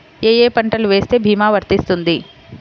ఏ ఏ పంటలు వేస్తే భీమా వర్తిస్తుంది?